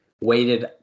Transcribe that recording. Waited